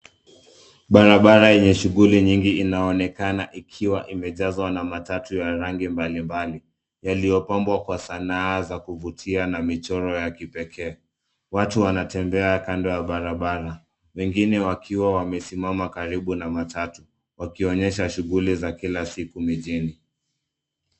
barabara yenye shughuli nyingi inaonekana ikiwa imejazwa na matatu ya rangi mbali mbali. yaliyopambwa kwa sanaa na mchoro ya kipekee. Watu wanatembea kando ya barabara wengine wakiwa wamesimama karibu na matatu wakionyesha shughuli za kila siku mijni.